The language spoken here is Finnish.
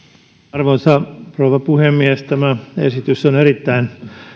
arvoisa rouva puhemies tämä esitys on erittäin